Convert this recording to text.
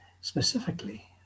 specifically